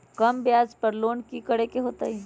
कम ब्याज पर लोन की करे के होतई?